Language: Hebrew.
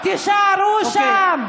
תישארו שם.